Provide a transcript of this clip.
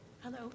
Hello